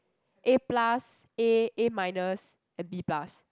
A plus A A minus and B plus